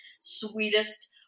sweetest